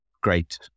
great